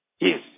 Yes